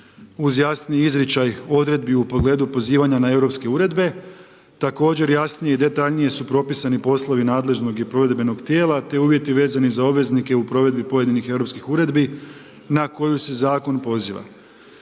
uz jasni izričaj odredbi u pogledu pozivanja na europske uredbe, također jasnije i detaljnije su propisani poslovi nadležnog i provedbenog tijela te uvjeti vezani za obveznike u provedbi pojedinih europskih uredbi na koju se zakon poziva.